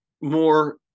More